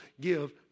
give